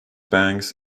banks